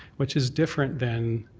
which is different than